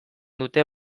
dute